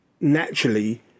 naturally